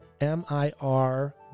mir